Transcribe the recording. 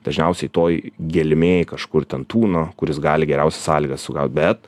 dažniausiai toj gelmėj kažkur ten tūno kur jis gali geriausias sąlygas sugaut bet